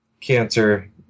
Cancer